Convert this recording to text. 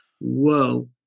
whoa